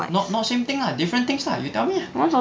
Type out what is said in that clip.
not not same thing lah different things lah you tell me